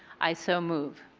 i so move.